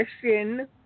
question